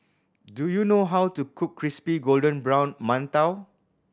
do you know how to cook crispy golden brown mantou